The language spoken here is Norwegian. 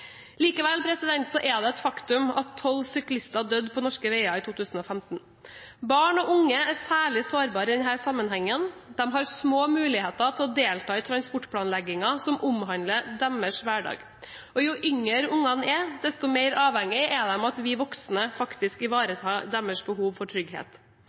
er det et faktum at tolv syklister døde på norske veier 2015. Barn og unge er særlig sårbare i denne sammenhengen. De har små muligheter til å delta i transportplanleggingen som omhandler deres hverdag. Jo yngre barna er, desto mer avhengig er de av at vi voksne ivaretar deres behov for trygghet.